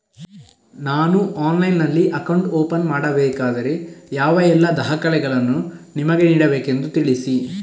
ನಾನು ಆನ್ಲೈನ್ನಲ್ಲಿ account open ಮಾಡಬೇಕಾದರೆ ಯಾವ ಎಲ್ಲ ದಾಖಲೆಗಳನ್ನು ನಿಮಗೆ ನೀಡಬೇಕೆಂದು ತಿಳಿಸಿ?